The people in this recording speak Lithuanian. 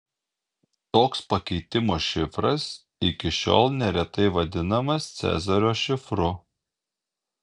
toks pakeitimo šifras iki šiol neretai vadinamas cezario šifru